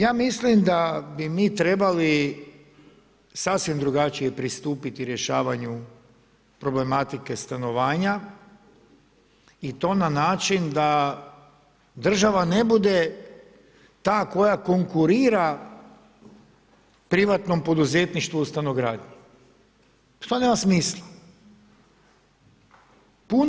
Ja mislim da bi mi trebali sasvim drugačije pristupiti rješavanju problematike stanovanja i to na način da država ne bude ta koja konkurira privatnom poduzetništvu u stanogradnji, to nema smisla.